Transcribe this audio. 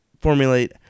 formulate